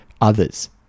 others